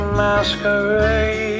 masquerade